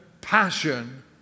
passion